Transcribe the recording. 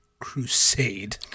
crusade